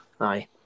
aye